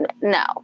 no